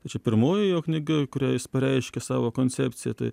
tai čia pirmoji jo knyga kurią jis pareiškė savo koncepcija tai